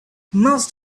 must